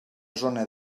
zona